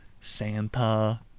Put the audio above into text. Santa